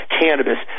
cannabis